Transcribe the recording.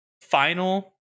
final